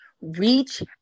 reach